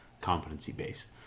competency-based